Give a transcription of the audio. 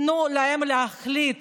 תנו להם להחליט